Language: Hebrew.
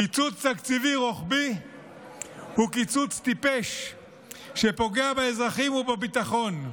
קיצוץ תקציבי רוחבי הוא קיצוץ טיפש שפוגע באזרחים ובביטחון.